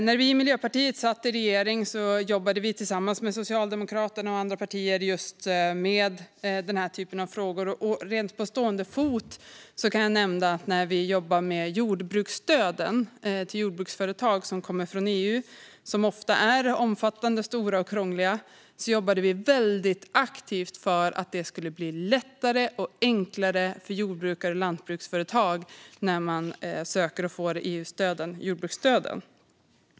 När vi i Miljöpartiet satt i regering jobbade vi tillsammans med Socialdemokraterna och andra partier med den typen av frågor. På stående fot kan jag nämna att när vi jobbade med jordbruksstöden som jordbruksföretag får från EU och som ofta är omfattande, stora och krångliga, jobbade vi aktivt för att det skulle bli lättare och enklare för jordbrukare och lantbruksföretag att söka EU-stöd och jordbruksstöd.